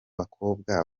bakobwa